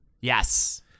Yes